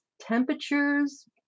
temperatures